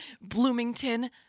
Bloomington